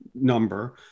number